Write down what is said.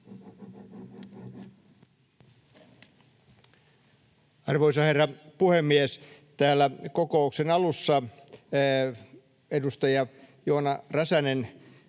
Arvoisa herra puhemies! Täällä kokouksen alussa edustaja Joona Räsänen